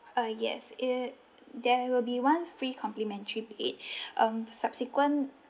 uh yes it there will be one free complimentary bed um subsequent